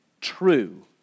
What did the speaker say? true